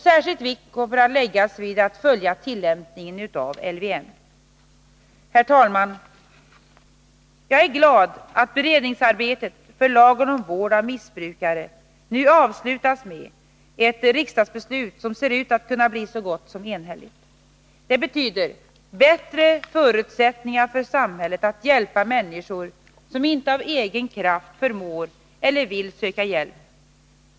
Särskild vikt kommer att läggas vid att följa tillämpningen av LVM. Herr talman! Jag är glad att beredningsarbetet för lagen om vård av missbrukare nu avslutas med ett riksdagsbeslut, som ser ut att kunna bli så gott som enhälligt. Det betyder bättre förutsättningar för samhället att hjälpa människor som inte av egen kraft förmår eller vill söka hjälp.